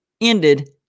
ended